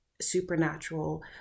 supernatural